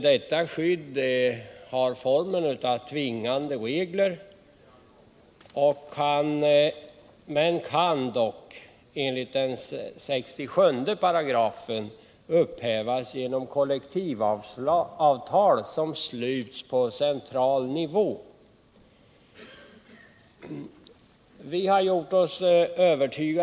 Detta skydd har formen av tvingande regler men kan dock enligt 67 § upphävas genom kollektivavtal som sluts på central nivå.